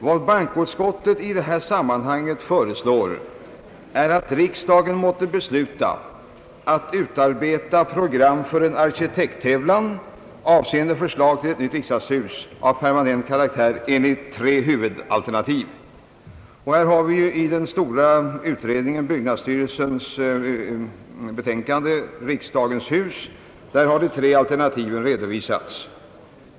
Vad bankoutskottet i detta sammanhang föreslår är att riksdagen beslutar att det skall utarbetas program för en arkitekttävlan, avseende förslag till ett nytt riksdagshus av permanent karaktär enligt tre huvudalternativ. I byggnadsstyrelsens utredning »Riksdagens hus» har de tre alternativen redovisats.